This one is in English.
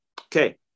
okay